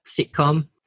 sitcom